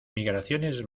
migraciones